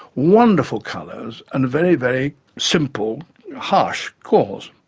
wonderful colours, and very, very simple harsh calls.